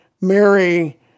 Mary